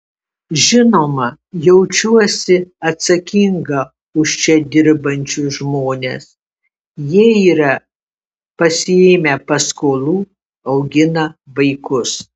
žinoma jaučiuosi atsakinga už čia dirbančius žmones jie yra pasiėmę paskolų augina vaikus